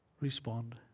respond